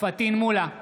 פטין מולא,